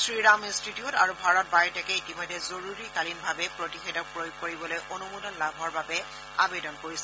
Shriram institute আৰু ভাৰত বায়টেকে ইতিমধ্যে জৰুৰীকালীনভাৱে প্ৰতিষেধক প্ৰয়োগ কৰিবলৈ অনুমোদন লাভৰ বাবে আবেদন কৰিছে